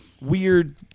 weird